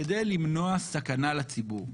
כדי למנוע סכנה לציבור.